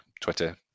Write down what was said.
Twitter